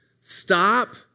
Stop